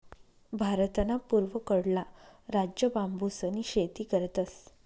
भारतना पूर्वकडला राज्य बांबूसनी शेती करतस